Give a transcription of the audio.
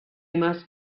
must